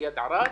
ליד ערד,